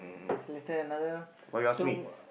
it's little another two